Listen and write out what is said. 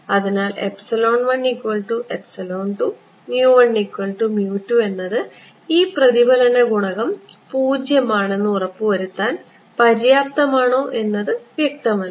അതിനാൽ എന്നത് ഈ പ്രതിഫലന ഗുണകം 0 ആണെന്ന് ഉറപ്പുവരുത്താൻ പര്യാപ്തമാണോ എന്ന് വ്യക്തമല്ല